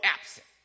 absent